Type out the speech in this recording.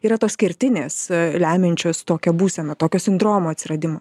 yra tos kertinės lemiančios tokią būseną tokio sindromo atsiradimą